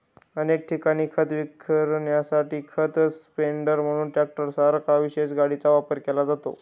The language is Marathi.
अनेक ठिकाणी खत विखुरण्यासाठी खत स्प्रेडर म्हणून ट्रॅक्टरसारख्या विशेष गाडीचा वापर केला जातो